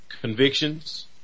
Convictions